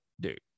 dude